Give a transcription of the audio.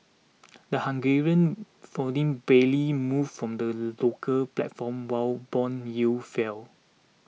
the Hungarian forint barely moved from on the local platform while bond yields fell